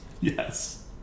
yes